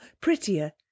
prettier